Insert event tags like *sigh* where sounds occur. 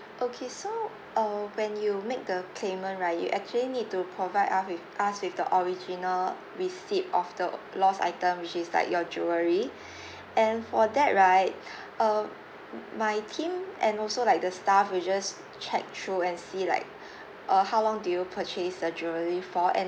okay so uh when you make the claimant right you actually need to provide uf~ with us with the original receipt of the uh lost item which is like your jewellery *breath* and for that right *breath* uh m~ my team and also like the staff will just check through and see like *breath* uh how long did you purchase the jewellery for and